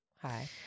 Hi